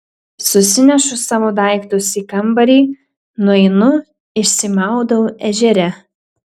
susinešu savo daiktus į kambarį nueinu išsimaudau ežere